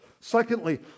Secondly